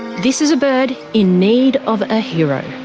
this is a bird in need of a hero.